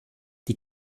die